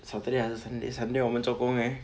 saturday 还是 sunday sunday 我们做工 eh